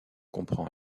comprend